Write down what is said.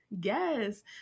Yes